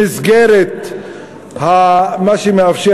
ובמסגרת מה שהחוק מאפשר,